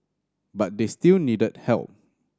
but they still needed help